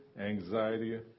anxiety